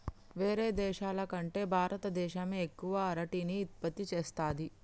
వేరే దేశాల కంటే భారత దేశమే ఎక్కువ అరటిని ఉత్పత్తి చేస్తంది